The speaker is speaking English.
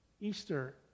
Easter